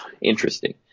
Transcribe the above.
interesting